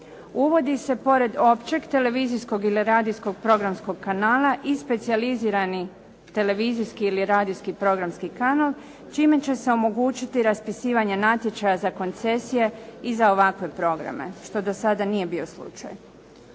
Uvodi se pored općeg televizijskog ili radijskog programskog kanala i specijalizirani televizijski ili radijski programski kanal čime će se omogućiti raspisivanje natječaja za koncesije i za ovakve programe što do sada nije bio slučaj.